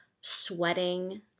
sweating